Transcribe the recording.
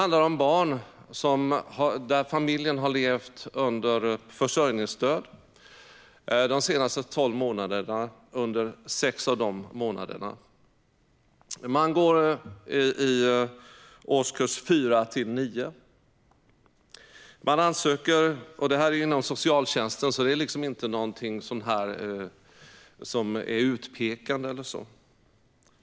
Förslaget innebar att familjer som levt med försörjningsstöd under sex månader den senaste tolvmånadersperioden kan söka stöd. Barnet får gå i årskurserna 4-9. Ansökan sker inom socialtjänsten, men det är inget som är utpekande.